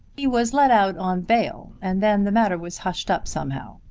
he was let out on bail and then the matter was hushed up somehow,